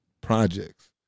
Projects